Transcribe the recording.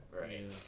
Right